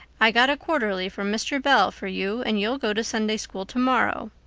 i got a quarterly from mr. bell for you and you'll go to sunday school tomorrow,